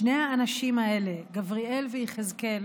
שני האנשים האלה, גבריאל ויחזקאל,